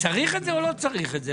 צריך את זה או לא צריך את זה?